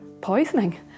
poisoning